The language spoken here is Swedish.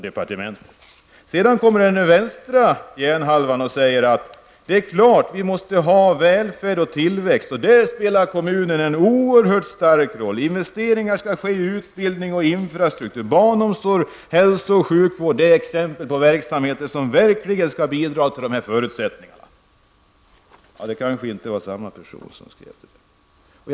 Sedan kommer någon och säger, med den vänstra hjärnhalvan, att det är klart att vi måste ha välfärd och tillväxt. Där spelar kommunen en mycket stark roll. Investeringar skall ske i utbildning och infrastruktur. Barnomsorg, hälsooch sjukvård är exempel på verksamheter som verkligen skall bidra till dessa förutsättningar. Men det kanske inte var samma person som skrev det sista.